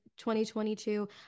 2022